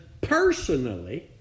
personally